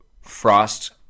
Frost